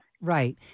Right